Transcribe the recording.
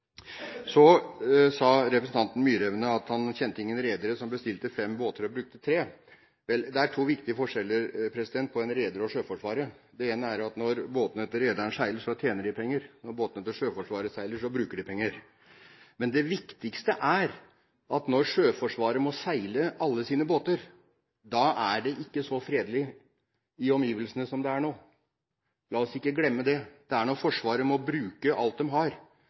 Så sa representanten Myraune at han kjente ingen redere som bestilte fem båter og brukte tre. Vel, det er to viktige forskjeller på en reder og Sjøforsvaret. Det ene er at når båtene til rederen seiler, tjener de penger. Når båtene til Sjøforsvaret seiler, bruker de penger. Men det viktigste er at når Sjøforsvaret må seile alle sine båter, er det ikke så fredelig i omgivelsene som det er nå. La oss ikke glemme det. Det er når Forsvaret må bruke alt de har,